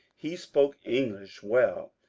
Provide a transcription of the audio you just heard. he spoke english well,